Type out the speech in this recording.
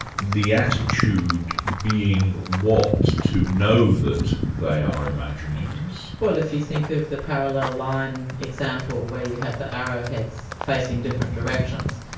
the attitude being what? to know that they are imaginings? well if you think of the parallel line example, where you have the arrowheads facing different directions.